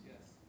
Yes